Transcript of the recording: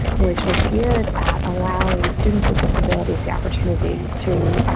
which was geared at allowing students with disabilities, the opportunity to